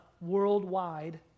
worldwide